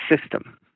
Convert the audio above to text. system